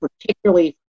particularly